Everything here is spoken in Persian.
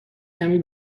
کمی